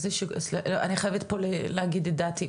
אני חייבת פה להגיד את דעתי.